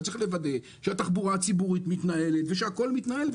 אתה צריך לוודא שהתחבורה הציבורית מתנהלת ושהכול מתנהל,